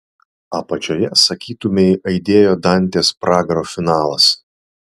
apačioje sakytumei aidėjo dantės pragaro finalas